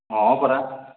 ହଁ ପରା